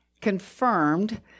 confirmed